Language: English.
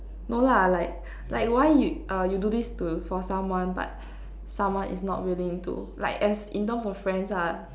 no lah like like why you uh you do this to for someone but someone is not willing to like as in terms of friends lah